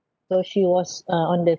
so she was uh on the